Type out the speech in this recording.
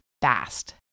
fast